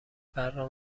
برنامه